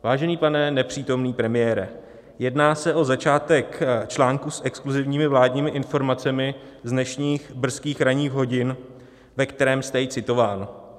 Vážený pane nepřítomný premiére, jedná se o začátek článku s exkluzivními vládními informacemi z dnešních brzkých ranních hodin, ve kterém jste i citován.